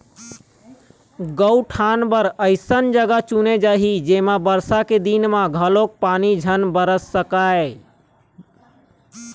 गउठान बर अइसन जघा चुने जाही जेमा बरसा के दिन म घलोक पानी झन भर सकय